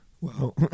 Wow